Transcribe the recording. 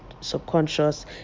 subconscious